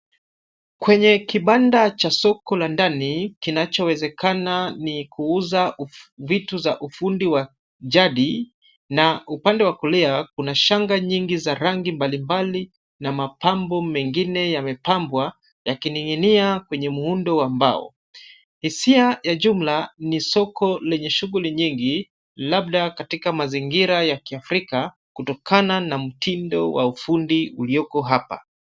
Kwenye kibanda cha soko la ndani kinachowezekana ni kuuza vitu za ufundi wa jadi na upande wa kulia kuna shanga nyingi za rangi mbalimbali na mapambo mengine yamepambwa yakining'inia kwenye muundo wa mbao. Hisia ya jumla ni soko lenye shughuli nyingi labda katika mazingira ya kiafrika kutokana na mtindo wa ufundi ulioko hapa.